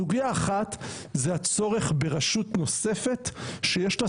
סוגיה אחת זה הצורך ברשות נוספת שיש לה